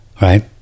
right